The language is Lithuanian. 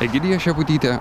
egidija šeputytė